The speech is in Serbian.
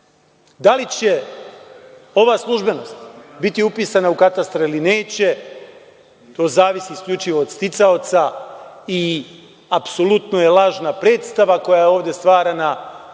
li će ova službenost biti upisana u katastar ili neće? To zavisi isključivo od sticaoca i apsolutno je lažna predstava koja je ovde stvarana